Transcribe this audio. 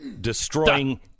Destroying